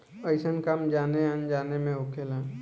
अइसन काम जाने अनजाने मे होखेला